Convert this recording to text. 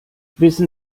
wissen